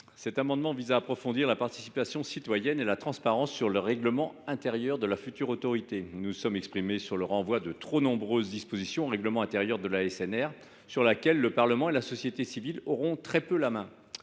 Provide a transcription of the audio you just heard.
Cet amendement vise à approfondir la participation citoyenne et la transparence quant au règlement intérieur de la future autorité. Nous nous sommes exprimés sur le renvoi de trop nombreuses dispositions au règlement intérieur de l’ASNR, sur laquelle le Parlement et la société civile auront très peu la main.